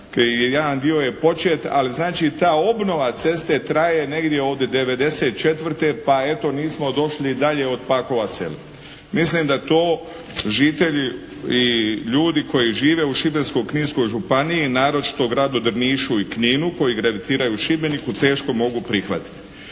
Jedan dio je počet, ali znači ta obnova ceste traje negdje od '94. pa eto nismo došli dalje od Pakova sela. Mislim da to žitelji i ljudi koji žive u Šibensko-kninskoj županiji, naročito gradu Drnišu i Kninu koji gravitiraju u Šibeniku teško mogu prihvatiti.